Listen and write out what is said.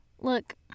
Look